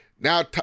Now